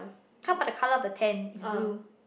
how about the color of the tent is blue